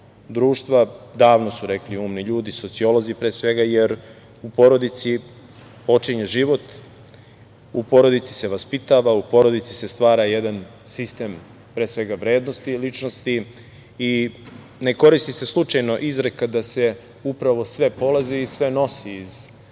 društva. Davno su rekli umni ljudi, sociolozi pre svega, jer u porodici počinje život, u porodici se vaspitava, u porodici se stvara jedan sistem vrednosti, ličnosti i ne koristi se slučajno izreka da upravo sve polazi i sve nosi iz